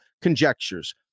conjectures